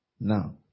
now